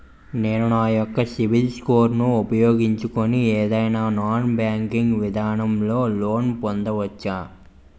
నేను నా యెక్క సిబిల్ స్కోర్ ను ఉపయోగించుకుని ఏదైనా నాన్ బ్యాంకింగ్ విధానం లొ లోన్ పొందవచ్చా?